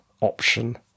option